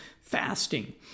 fasting